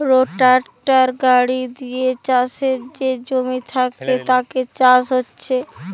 রোটাটার গাড়ি দিয়ে চাষের যে জমি থাকছে তাতে চাষ হচ্ছে